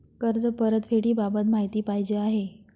कर्ज परतफेडीबाबत माहिती पाहिजे आहे